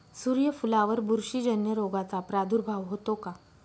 सूर्यफुलावर बुरशीजन्य रोगाचा प्रादुर्भाव होतो का?